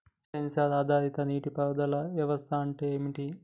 Censor ఆధారిత నీటి పారుదల వ్యవస్థ అంటే ఏమిటి?